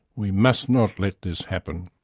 we must not let this happen.